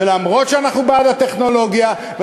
ואף שאנחנו בעד הטכנולוגיה,